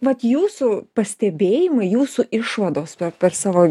vat jūsų pastebėjimai jūsų išvados per savo